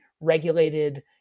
regulated